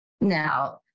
Now